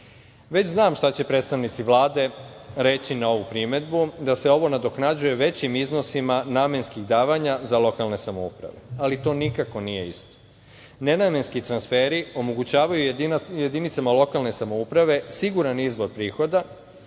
znam šta će predstavnici Vlade reći na ovu primedbu - da se ovo nadoknađuje većim iznosima namenskih davanja za lokalne samouprave. Ali, to nikako nije isto. Nenamenski transferi omogućavaju jedinicama lokalne samouprave siguran izvor prihoda